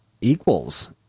equals